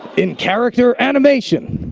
in character animation!